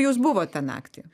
jūs buvot tą naktį